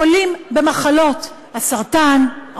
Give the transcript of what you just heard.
חולים במחלות סרטן,